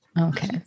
Okay